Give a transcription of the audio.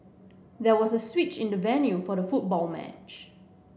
there was a switch in the venue for the football match